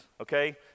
okay